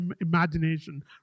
imagination